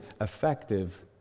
effective